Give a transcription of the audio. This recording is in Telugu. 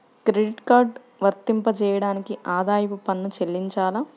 క్రెడిట్ కార్డ్ వర్తింపజేయడానికి ఆదాయపు పన్ను చెల్లించాలా?